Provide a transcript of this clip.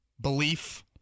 belief